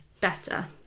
better